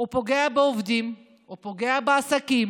הוא פוגע בעובדים, הוא פוגע בעסקים.